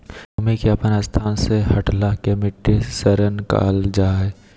भूमि के अपन स्थान से हटला के मिट्टी क्षरण कहल जा हइ